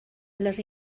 les